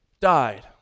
died